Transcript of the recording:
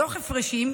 דוח הפרשים,